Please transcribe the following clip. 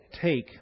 take